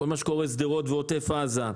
כל מה שקורה בשדרות ועוטף עזה.